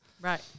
Right